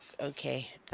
Okay